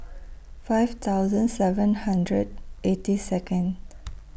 five thousand seven hundred eighty Second